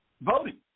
Voting